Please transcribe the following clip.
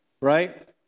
Right